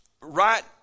right